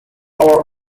our